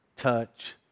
touch